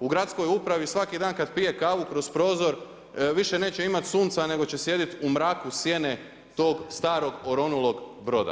u gradskoj upravi, svaki an, kada pije kavu kroz prozor, više neće imati sunca, nego će sjediti u mraku, sjene tog starog oronulog broda.